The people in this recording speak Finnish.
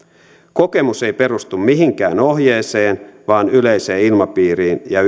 kokemus ei perustu mihinkään ohjeeseen vaan yleiseen ilmapiiriin ja